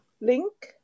link